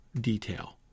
detail